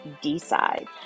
Decide